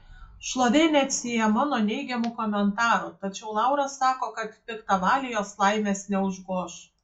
šlovė neatsiejama nuo neigiamų komentarų tačiau laura sako kad piktavaliai jos laimės neužgoš